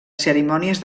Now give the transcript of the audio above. cerimònies